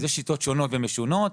יש שיטות שונות ומשונות,